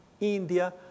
India